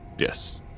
Yes